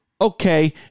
okay